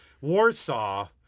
Warsaw